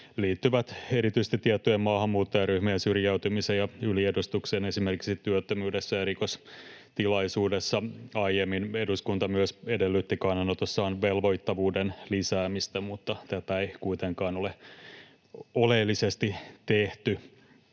liittyvät erityisesti tiettyjen maahanmuuttajaryhmien syrjäytymiseen ja yliedustukseen esimerkiksi työttömyydessä ja rikostilastoissa. Aiemmin eduskunta myös edellytti kannanotossaan velvoittavuuden lisäämistä, mutta tätä ei kuitenkaan ole oleellisesti tehty.